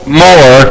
more